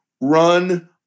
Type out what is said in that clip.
run